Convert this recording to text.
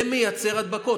זה מייצר הדבקות.